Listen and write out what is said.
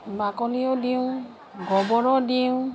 বাকলিও দিওঁ গোবৰো দিওঁ